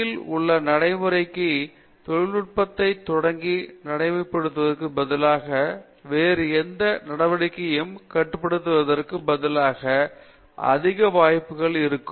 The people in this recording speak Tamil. யில் உள்ள நடைமுறைக்கு தொழில்நுட்பத்தை தொடங்கி நடைமுறைப்படுத்துவதற்குப் பதிலாக வேறு எந்த வடிவத்தையும் கட்டுப்படுத்துவதற்கு பதிலாக அதிக வாய்ப்புகளைத் திறக்கும்